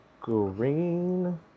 Green